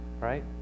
right